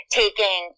taking